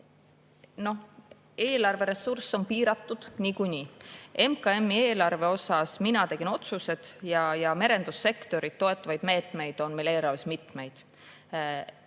Eelarve ressurss on piiratud niikuinii. MKM-i eelarve puhul mina tegin otsused ja merendussektorit toetavaid meetmeid on meil eelarves mitmeid.